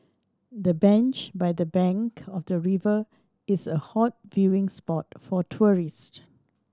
the bench by the bank of the river is a hot viewing spot for tourists